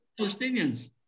Palestinians